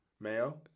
Mayo